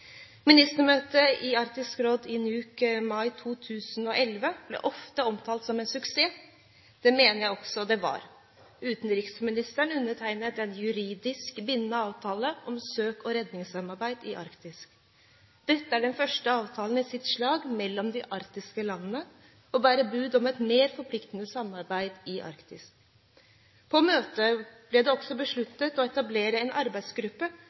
Ministermøtet i Arktisk råd i Nuuk i mai 2011 blir ofte omtalt som en suksess. Det mener jeg også det var. Utenriksministrene undertegnet en juridisk bindende avtale om søk- og redningssamarbeid i Arktis. Dette er den første avtalen i sitt slag mellom de arktiske landene, og den bærer bud om et mer forpliktende samarbeid i Arktis. På møtet ble det også besluttet å etablere en arbeidsgruppe